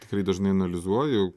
tikrai dažnai analizuoju